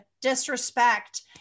disrespect